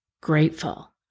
grateful